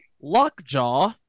Lockjaw